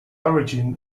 origin